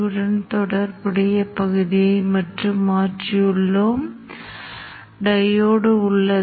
இங்கே சாதனத்தில் மின்னழுத்தத்தைப் பார்க்க விரும்பினால் ஒரு முனை S உள்ளது